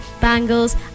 bangles